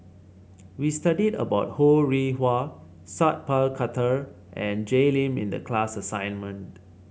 we studied about Ho Rih Hwa Sat Pal Khattar and Jay Lim in the class assignment